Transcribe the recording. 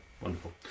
wonderful